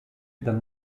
dal